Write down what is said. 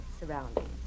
surroundings